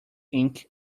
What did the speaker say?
ink